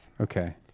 Okay